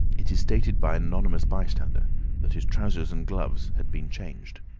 it is stated by an anonymous bystander that his trousers and gloves had been changed.